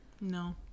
No